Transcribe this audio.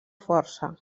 força